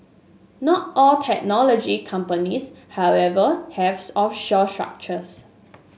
not all technology companies however have offshore structures